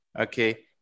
okay